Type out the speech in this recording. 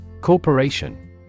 Corporation